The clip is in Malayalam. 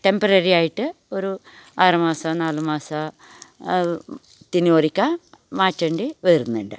ടെമ്പററി ആയിട്ട് ഒരു ആറ് മാസം നാല് മാസം പിന്നെ ഒരിക്കൽ മാറ്റേണ്ടി വരുന്നുണ്ട്